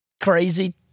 crazy